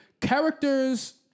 characters